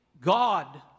god